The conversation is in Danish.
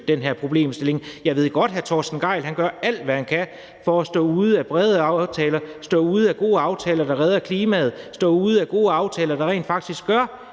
den her problemstilling. Jeg ved godt, at hr. Torsten Gejl gør alt, hvad han kan, for at stå uden for brede aftaler, stå uden for gode aftaler, der redder klimaet, stå uden for gode aftaler, der rent faktisk gør,